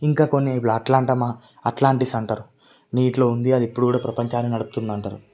ఇంకా కొన్ని ఇప్పుడు అట్లాంటమా అట్లాంటిస్ అంటారు నీటిలో ఉంది అది ఇప్పడు కూడా ప్రపంచాన్ని నడుపుతుందంటారు